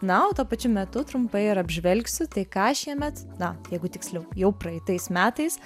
na o tuo pačiu metu trumpai ir apžvelgsiu tai ką šiemet na jeigu tiksliau jau praeitais metais